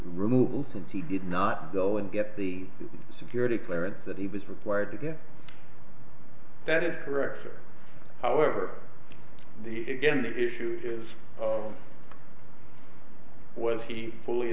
removal since he did not go and get the security clearance that he was required to give that is correct however the again the issue is was he fully